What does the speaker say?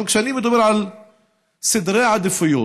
אבל כשאני מדבר על סדר עדיפויות,